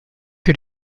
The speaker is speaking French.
que